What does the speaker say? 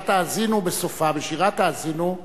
שבפרשת האזינו בסופה, בשירת האזינו,